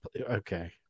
Okay